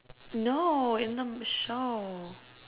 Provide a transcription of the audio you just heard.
no in the m~ show